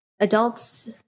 adults